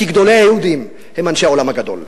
כי גדולי היהודים הם אנשי העולם הגדול.